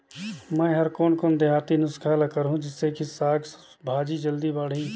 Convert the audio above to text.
मै हर कोन कोन देहाती नुस्खा ल करहूं? जिसे कि साक भाजी जल्दी बाड़ही?